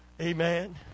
Amen